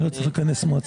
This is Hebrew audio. אני לא צריך לכנס מועצה.